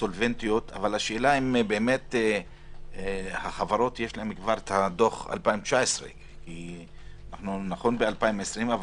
סולבנטיות אבל השאלה אם לחברות יש כבר את דוח 2019. נכון שאנחנו ב-2021.